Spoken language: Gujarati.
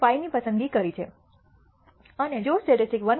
5 ની પસંદગી કરી છે અને જો સ્ટેટિસ્ટિક્સ 1